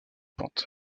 pente